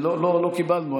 לא קיבלנו.